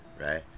right